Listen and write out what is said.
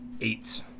Eight